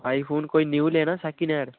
आई phone कोई new लैना second hand